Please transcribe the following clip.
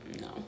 no